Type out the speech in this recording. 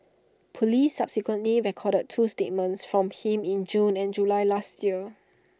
Police subsequently recorded two statements from him in June and July last year